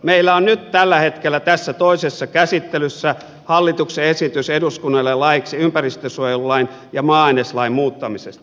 meillä on nyt tällä hetkellä tässä toisessa käsittelyssä hallituksen esitys eduskunnalle laeiksi ympäristönsuojelulain ja maa aineslain muuttamisesta